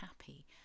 happy